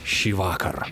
šį vakarą